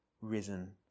risen